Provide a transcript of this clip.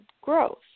growth